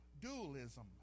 dualism